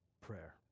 prayer